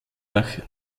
nach